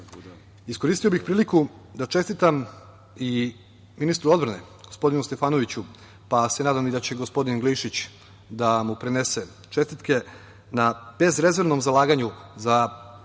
staro. Iskoristio bih priliku da čestitam i ministru odbrane, gospodinu Stefanoviću, pa se nadam i da će gospodin Glišić da mu prenese čestitke, na bezrezervnom zalaganju za